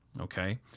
okay